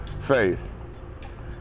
Faith